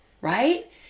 right